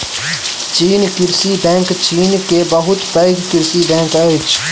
चीन कृषि बैंक चीन के बहुत पैघ कृषि बैंक अछि